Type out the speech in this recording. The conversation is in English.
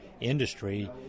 industry